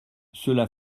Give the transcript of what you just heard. cela